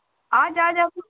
آج آ جاتے